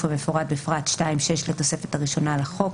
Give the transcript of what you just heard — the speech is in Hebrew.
המפורט בפרט 2(6) לתוספת הראשונה לחוק,